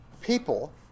people